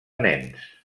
nens